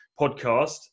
podcast